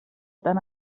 tant